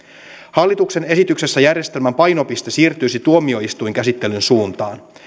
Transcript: hallituksen esityksessä järjestelmän painopiste siirtyisi tuomioistuinkäsittelyn suuntaan